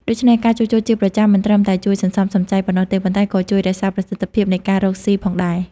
ដូច្នេះ ការជួសជុលជាប្រចាំមិនត្រឹមតែជួយសន្សំសំចៃប៉ុណ្ណោះទេ ប៉ុន្តែក៏ជួយរក្សាប្រសិទ្ធភាពនៃការរកស៊ីផងដែរ។